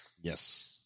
Yes